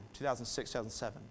2006-2007